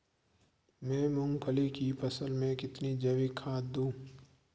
मैं मूंगफली की फसल में कितनी जैविक खाद दूं?